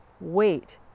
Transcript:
Wait